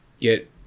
get